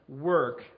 work